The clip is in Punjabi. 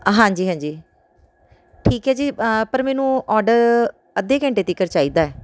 ਹਾਂਜੀ ਹਾਂਜੀ ਠੀਕ ਹੈ ਜੀ ਪਰ ਮੈਨੂੰ ਔਡਰ ਅੱਧੇ ਘੰਟੇ ਤੀਕਰ ਚਾਹੀਦਾ